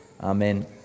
amen